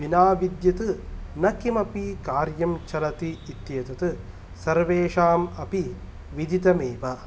विना विद्युत् न किमपि कार्यं चलति इत्येतत् सर्वेषां अपि विधितम् एव